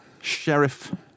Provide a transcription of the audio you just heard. Sheriff